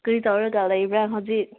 ꯀꯔꯤ ꯇꯧꯔꯒ ꯂꯩꯕ꯭ꯔ ꯍꯧꯖꯤꯛ